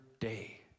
day